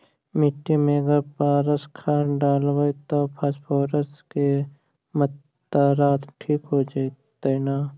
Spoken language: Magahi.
मिट्टी में अगर पारस खाद डालबै त फास्फोरस के माऋआ ठिक हो जितै न?